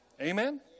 Amen